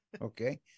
Okay